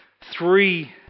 three